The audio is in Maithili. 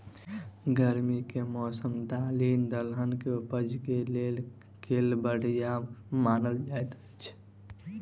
गर्मी केँ मौसम दालि दलहन केँ उपज केँ लेल केल बढ़िया मानल जाइत अछि?